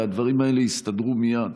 הרי הדברים האלה יסתדרו מייד.